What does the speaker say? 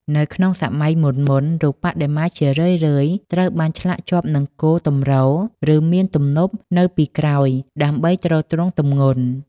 នៅក្នុងសម័យមុនៗ រូបបដិមាជារឿយៗត្រូវបានឆ្លាក់ជាប់នឹងគោលទម្រ ឬមានទំនប់នៅពីក្រោយ ដើម្បីទ្រទ្រង់ទម្ងន់។